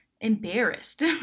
embarrassed